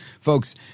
Folks